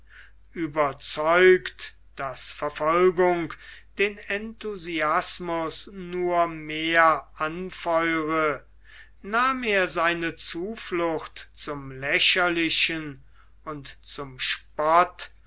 ueberzeugt daß verfolgung den enthusiasmus nur mehr anfeure nahm er seine zuflucht zum lächerlichen und zum spott